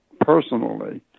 personally